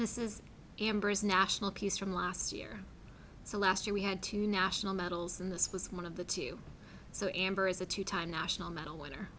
this is amber as national piece from last year so last year we had two national medals and this was one of the two so amber is a two time national medal winner